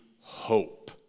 hope